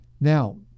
Now